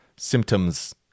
Symptoms